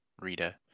Rita